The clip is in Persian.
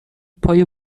پای